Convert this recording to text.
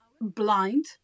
blind